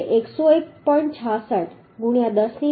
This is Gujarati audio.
66 ગુણ્યાં 10 ની 3 ઘાત અથવા નવા 101